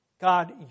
God